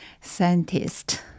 scientist